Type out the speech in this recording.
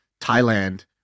thailand